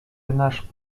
nasz